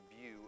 view